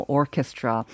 orchestra